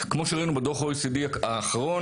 כמו שראינו בדוח הOECD- האחרון,